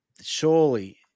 surely